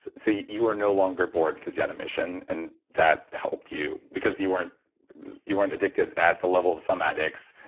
so, you you were no longer bored because you had a mission and that helped you because you weren't you weren't addicted at the level of some addicts.